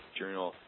journal –